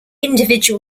individual